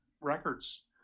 records